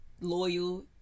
loyal